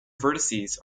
vertices